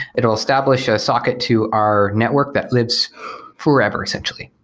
it will establish a socket to our network that lives forever, essentially.